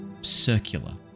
circular